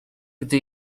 gdy